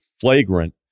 flagrant